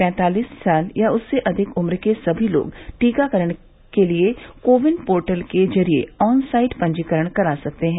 पैंतालीस साल या उससे अधिक उम्र के सभी लोग टीकाकरण के लिए को विन पोर्टल के जरिए ऑनसाइट पंजीकरण करा सकते हैं